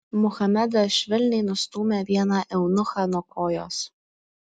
muhamedas švelniai nustūmė vieną eunuchą nuo kojos